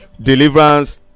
deliverance